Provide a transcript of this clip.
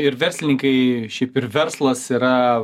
ir verslininkai šiaip ir verslas yra